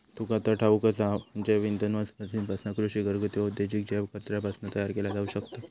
तुका तर ठाऊकच हा, जैवइंधन वनस्पतींपासना, कृषी, घरगुती, औद्योगिक जैव कचऱ्यापासना तयार केला जाऊ शकता